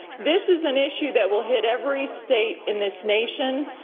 this is an issue that will hit every state in this nation,